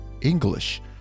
English